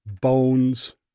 bones